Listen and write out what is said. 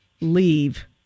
Leave